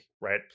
right